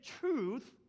truth